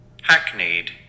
Hackneyed